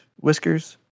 whiskers